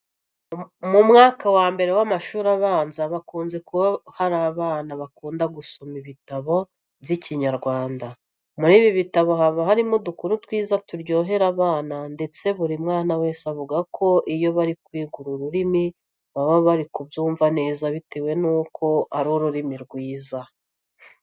Mu mwaka wa mbere w'amashuri abanza hakunze kuba hari abana bakunda gusoma ibitabo by'Ikinyarwanda. Muri ibi bitabo haba harimo udukuru twiza turyohera abana ndetse buri mwana wese avuga ko iyo bari kwiga uru rurimi baba bari kubyumva neza bitewe nuko ari ururimi rwiza.